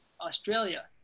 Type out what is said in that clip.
Australia